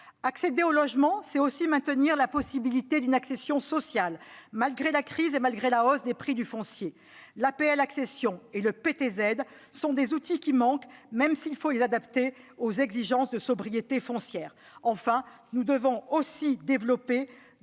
Accéder au logement, c'est aussi maintenir la possibilité d'une accession sociale, malgré la crise et malgré la hausse des prix du foncier. L'APL accession et le prêt à taux zéro (PTZ) sont des outils qui manquent, même s'il faut les adapter aux exigences de sobriété foncière. Enfin, nous devons aussi développer deux autres dispositifs